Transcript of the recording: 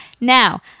Now